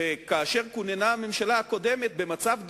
שכאשר כוננה הממשלה הקודמת במצב דומה,